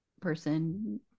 person